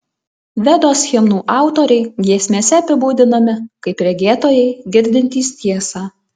vedos himnų autoriai giesmėse apibūdinami kaip regėtojai girdintys tiesą